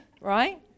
Right